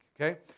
okay